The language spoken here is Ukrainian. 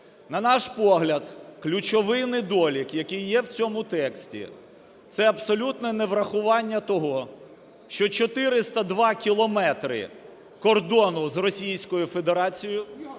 На наш погляд, ключовий недолік, який є в цьому тексті, це абсолютне неврахування того, що 402 кілометри кордону з Російською Федерацією